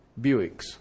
Buicks